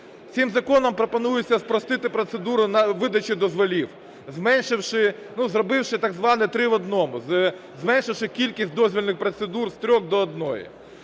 Цим законом пропонується спростити процедуру видачі дозволів, зменшивши, зробивши так зване три в одному, зменшивши кількість дозвільних процедур з трьох до одної.